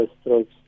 strokes